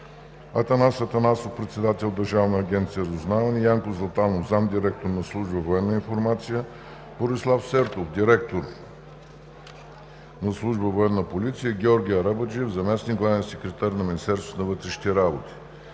Атанас Атанасов – председател на Държавна агенция „Разузнаване“, Янко Златанов – заместник-директор на Служба „Военна информация“, Борислав Сертов – директор на Служба „Военна полиция“, и Георги Арабаджиев – заместник главен секретар на Министерството на вътрешните работи.